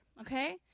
okay